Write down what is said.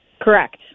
Correct